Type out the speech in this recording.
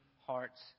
hearts